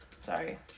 Sorry